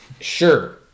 Sure